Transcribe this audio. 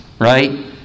right